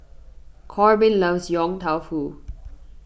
Korbin loves Yong Tau Foo